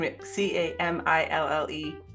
c-a-m-i-l-l-e